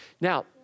Now